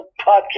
podcast